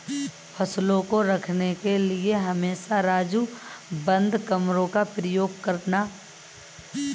फसलों को रखने के लिए हमेशा राजू बंद कमरों का उपयोग करना